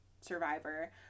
survivor